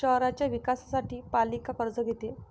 शहराच्या विकासासाठी पालिका कर्ज घेते